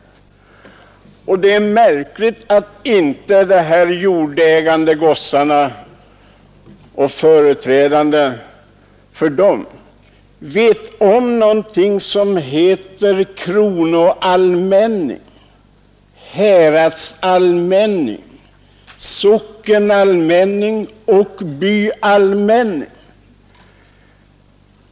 Det är märkligt att inte de här jordägande gossarna och deras företrädare vet om någonting som heter kronoallmänning, häradsallmänning, sockenallmänning och byallmänning.